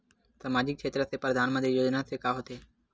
सामजिक क्षेत्र से परधानमंतरी योजना से का होथे?